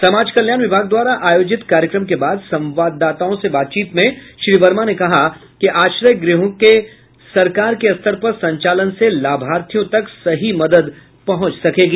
समाज कल्याण विभाग द्वारा आयोजित कार्यक्रम के बाद संवाददाताओं से बातचीत में श्री वर्मा ने कहा कि आश्रय गृहों के सरकार के स्तर पर संचालन से लाभार्थियों तक सही मदद पहुंच सकेगी